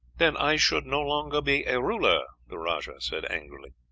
then i should no longer be a ruler, the rajah said angrily.